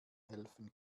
helfen